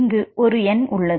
இங்கு ஒரு எண் உள்ளது